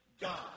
God